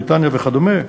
בריטניה וכדומה,